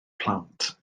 plant